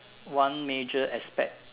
one major aspect